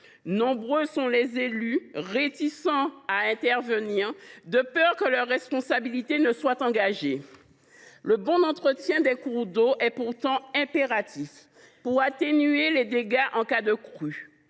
d’élus sont réticents à intervenir de peur que leur responsabilité soit engagée. Le bon entretien des cours d’eau est pourtant impératif pour atténuer les dégâts en cas de crue.